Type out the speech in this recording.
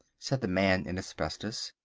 said the man in asbestos.